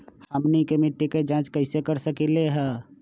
हमनी के मिट्टी के जाँच कैसे कर सकीले है?